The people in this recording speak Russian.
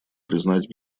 признать